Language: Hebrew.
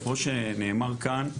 כמו שנאמר כאן,